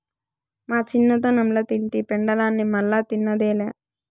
మా చిన్నతనంల తింటి పెండలాన్ని మల్లా తిన్నదేలా